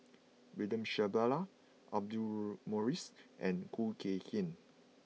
William Shellabear Audra Morrice and Khoo Kay Hian